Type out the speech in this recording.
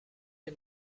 des